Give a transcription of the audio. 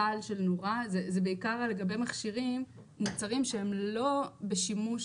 --- זה בעיקר לגבי מכשירים או מוצרים שהם לא בשימוש